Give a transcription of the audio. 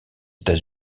états